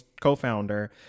co-founder